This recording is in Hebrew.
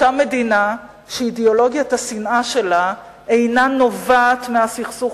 אותה מדינה שאידיאולוגיית השנאה שלה אינה נובעת מהסכסוך